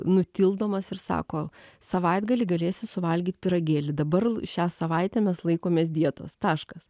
nutildomas ir sako savaitgalį galėsi suvalgyt pyragėlį dabar šią savaitę mes laikomės dietos taškas